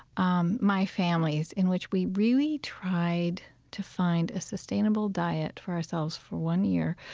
um my family's, in which we really tried to find a sustainable diet for ourselves for one year,